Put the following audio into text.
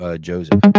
Joseph